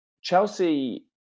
Chelsea